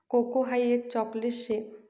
cocoa हाई एक chocolate शे